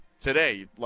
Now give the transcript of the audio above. today